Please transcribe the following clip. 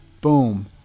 boom